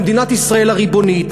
במדינת ישראל הריבונית,